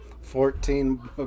Fourteen